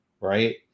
right